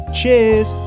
Cheers